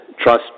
trust